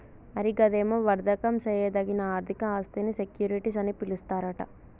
మరి గదేమో వర్దకం సేయదగిన ఆర్థిక ఆస్థినీ సెక్యూరిటీస్ అని పిలుస్తారట